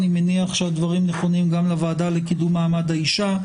אני מניח שהדברים נכונים גם לוועדה לקידום מעמד האישה,